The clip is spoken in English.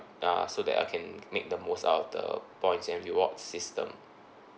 uh so that I can make the most out of the points and rewards system